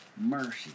mercy